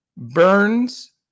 Burns